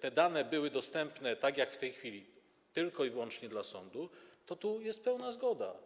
te dane były dostępne tak jak w tej chwili tylko i wyłącznie dla sądu, to tu jest pełna zgoda.